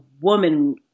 woman